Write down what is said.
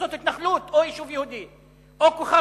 זאת התנחלות או יישוב יהודי, או כוכב-יאיר